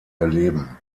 erleben